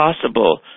possible